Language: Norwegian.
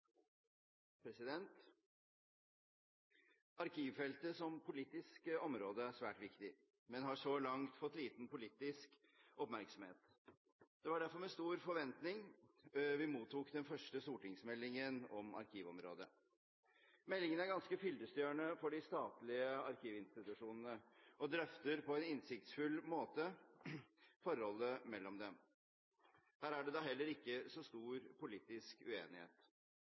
svært viktig, men har så langt fått liten politisk oppmerksomhet. Det var derfor med stor forventning vi mottok den første stortingsmeldingen om arkivområdet. Meldingen er ganske fyllestgjørende for de statlige arkivinstitusjonene, og drøfter på en innsiktsfull måte forholdet mellom dem. Her er det da heller ikke så stor politisk uenighet.